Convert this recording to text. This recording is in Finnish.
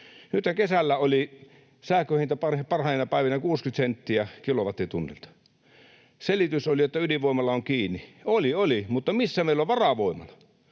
Nythän kesällä oli sähkön hinta parhaina päivinä 60 senttiä kilowattitunnilta. Selitys oli, että ydinvoimala on kiinni. Oli, oli, mutta missä meillä on varavoimala?